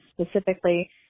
specifically